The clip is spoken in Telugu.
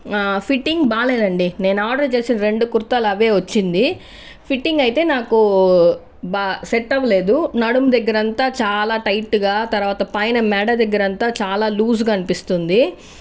ఫిట్టింగ్ బాగాలేదండి నేను ఆర్డర్ చేసిన రెండు కుర్తాలు అవే వచ్చింది ఫిట్టింగ్ అయితే నాకు బాగా సెట్ అవ్వలేదు నడుము దగ్గర అంతా చాలా టైట్గా తర్వాత పైన మెడ దగ్గర అంతా చాలా లూజ్గా అనిపిస్తుంది